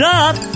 up